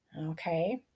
Okay